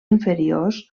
inferiors